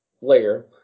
layer